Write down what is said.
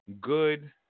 good